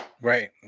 Right